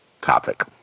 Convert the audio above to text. topic